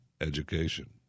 education